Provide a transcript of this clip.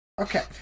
Okay